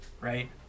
right